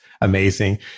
amazing